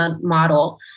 model